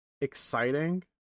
exciting